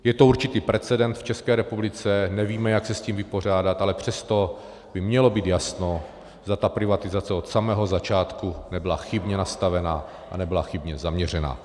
Je to určitý precedens v České republice, nevíme, jak se s tím vypořádat, ale přesto by mělo být jasno, zda ta privatizace od samého začátku nebyla chybně nastavena a nebyla chybně zaměřena.